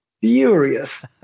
furious